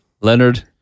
Leonard